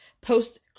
post